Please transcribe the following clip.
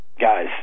Guys